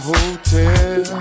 Hotel